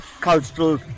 cultural